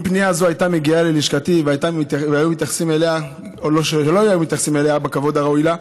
אם פנייה זו הייתה מגיעה ללשכתי ולא היו מתייחסים אליה בכבוד הראוי לה,